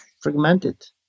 fragmented